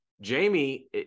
Jamie